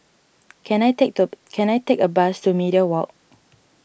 can I take the can I take a bus to Media Walk